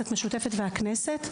המשותפת והכנסת.